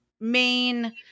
main